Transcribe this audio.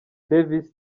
davis